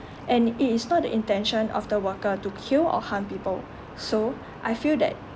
and it is not the intention of the worker to kill or harm people so I feel that